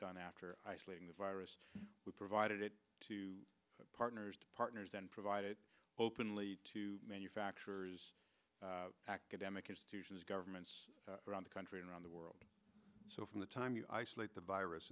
done after isolating the virus we provided it to partners to partners and provide it openly to manufacturers academic institutions governments around the country and around the world so from the time you isolate the virus